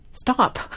Stop